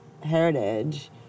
heritage